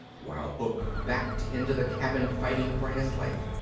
while hook backed into the cabin fighting for his life.